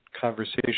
conversation